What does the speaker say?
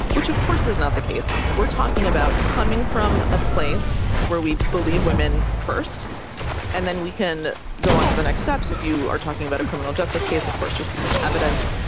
which, of course, is not the case. we're talking about coming from a place where we believe women first and then we can go onto the next steps. if you are talking about a criminal justice case, of course, you're seeking evidence.